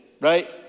right